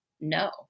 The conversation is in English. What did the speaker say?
no